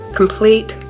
complete